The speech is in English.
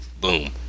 boom